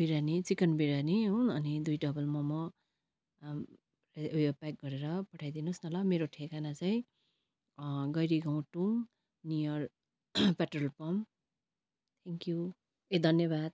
biryani chicken biryani हो अनि दुई डबल मोमो उयो प्याक गरेर पठाइदिनुहोस् न ल मेरो ठेगाना चाहिँ Gairi Gaun two near petrol pump thank you ए धन्यवाद